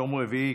יום רביעי,